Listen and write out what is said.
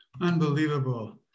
unbelievable